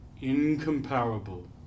incomparable